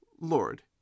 Lord